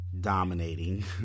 dominating